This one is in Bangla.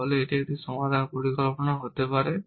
তাহলে এটি একটি সমাধান পরিকল্পনা হতে পারে